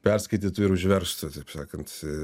perskaitytų ir užverstų taip sakant